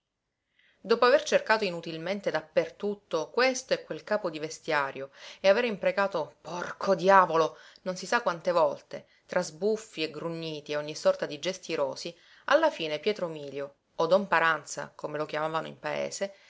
dopo aver cercato inutilmente dappertutto questo e quel capo di vestiario e avere imprecato porco diavolo non si sa quante volte tra sbuffi e grugniti e ogni sorta di gesti irosi alla fine pietro mílio o